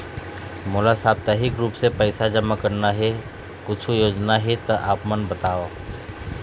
मोला साप्ताहिक रूप से पैसा जमा करना हे, कुछू योजना हे त आप हमन बताव?